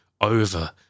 over